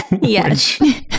yes